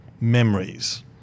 memories